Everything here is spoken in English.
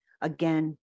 again